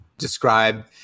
describe